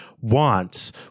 wants